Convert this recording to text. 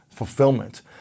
fulfillment